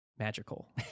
Magical